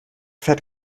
fährt